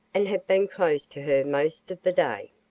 and have been close to her most of the day.